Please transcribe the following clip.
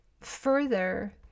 further